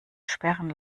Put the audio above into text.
sperren